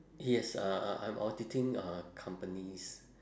yes uh I'm auditing uh companies